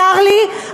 צר לי,